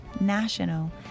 national